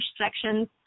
sections